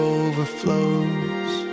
overflows